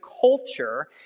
culture